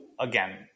again